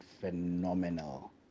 phenomenal